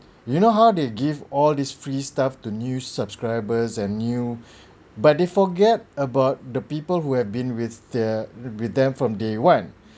you know how they give all these free stuff to new subscribers and new but they forget about the people who have been with their with them from day one